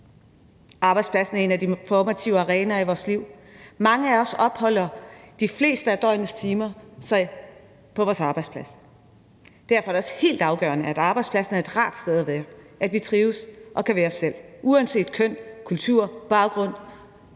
Arbejdspladsen er en af de performative arenaer i vores liv. Mange af os opholder sig de fleste af døgnets timer på vores arbejdsplads. Derfor er det også helt afgørende, at arbejdspladsen er et rart sted at være, at vi trives og kan være os selv, uanset køn, kultur, baggrund